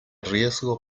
riesgo